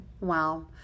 wow